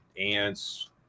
ants